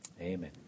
amen